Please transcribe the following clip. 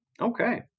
Okay